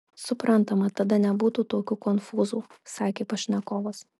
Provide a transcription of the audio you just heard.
suprantama tada nebūtų tokių konfūzų sakė pašnekovas